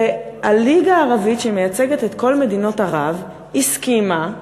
שהליגה הערבית, שמייצגת את כל מדינות ערב, הסכימה,